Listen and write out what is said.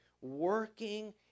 working